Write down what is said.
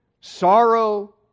sorrow